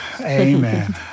amen